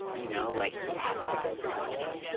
you know like he has to go find her.